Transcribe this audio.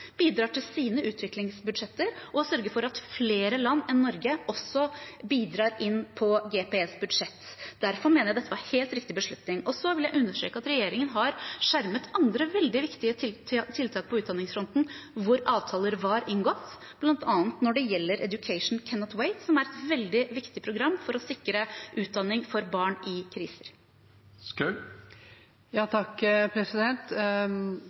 bidrar til sine utviklingsbudsjetter, og å sørge for at flere land enn Norge også bidrar inn på GPEs budsjett. Derfor mener jeg dette var en helt riktig beslutning. Så vil jeg understreke at regjeringen har skjermet andre veldig viktige tiltak på utdanningsfronten, hvor avtaler var inngått, bl.a. når det gjelder Education Cannot Wait, som er et veldig viktig program for å sikre utdanning for barn i